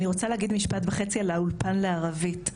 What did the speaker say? אני רוצה להגיד משפט וחצי על האולפן לערבית.